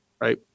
right